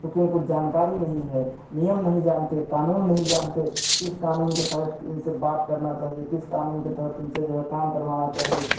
क्योंकि उनको जानकारी नहीं है नियम नहीं जानते कानून नहीं जानते किस कानून के तहत इनसे बात करना चाहिए किस कानून के तहत इनसे जो है काम करवाना चाहिए